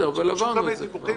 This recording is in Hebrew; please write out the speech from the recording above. אבל עברנו את זה כבר.